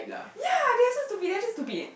ya that's so stupid that's so stupid